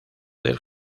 del